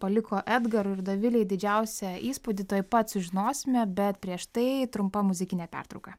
paliko edgarui ir dovilei didžiausią įspūdį tuoj pat sužinosime bet prieš tai trumpa muzikinė pertrauka